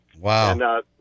Wow